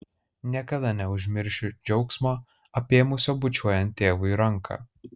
niekada neužmiršiu džiaugsmo apėmusio bučiuojant tėvui ranką